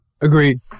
Agreed